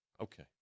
Okay